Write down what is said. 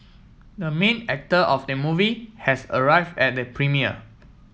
the main actor of the movie has arrive at the premiere